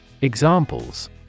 Examples